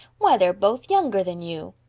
why, they're both younger than you.